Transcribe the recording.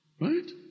Right